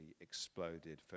exploded